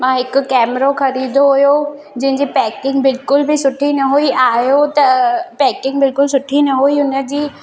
मां हिक कैमरो ख़रीदो हुयो जंहिंजी पैकिंग बिल्कुल बि सुठी बि न हुई आहियो त पैकिंग बिल्कुल बि सुठी न हुई उन जी